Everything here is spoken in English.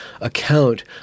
account